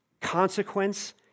consequence